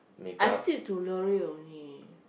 I stick to L'oreal only